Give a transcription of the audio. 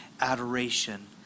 adoration